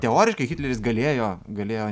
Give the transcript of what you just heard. teoriškai hitleris galėjo galėjo